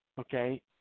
okay